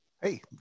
Hey